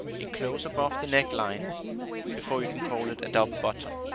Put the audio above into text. a close above the neckline before you can call it a double bottom.